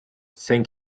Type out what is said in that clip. sein